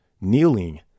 Kneeling